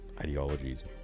ideologies